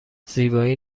زیبایی